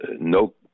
no